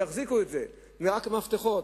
ורק המפתחות,